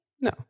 No